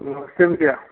नमस्ते भैया